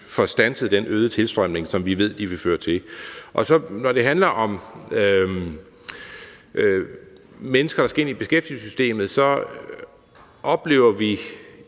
får standset den øgede tilstrømning, som vi ved de vil føre til. Når det handler om mennesker, der skal ind i beskæftigelsessystemet, så oplever vi